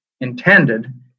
intended